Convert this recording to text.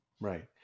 Right